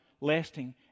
lasting